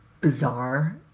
bizarre